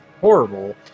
horrible